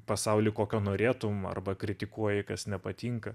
pasaulį kokio norėtum arba kritikuoji kas nepatinka